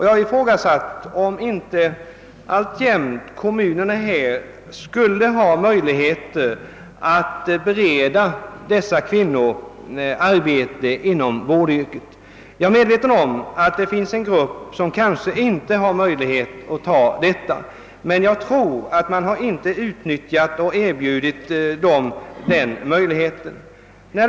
Jag har ifrågasatt, om inte kommunerna skulle ha tillfälle att alltjämt bereda dessa kvinnor sysselsättning inom vårdyrket. Jag är medveten om att det finns sådana, som inte kan ta arbete av det slaget, men jag tror inte att man tillräckligt ansträngt sig för att ge övriga kvinnor möjligheter att fortsätta inom vårdsektorn.